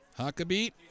Huckabee